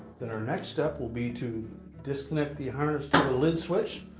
then, our next step will be to disconnect the harness to the lid switch.